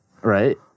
Right